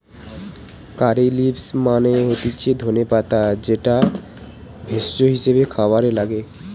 কারী leaves মানে হতিছে ধনে পাতা যেটা ভেষজ হিসেবে খাবারে লাগে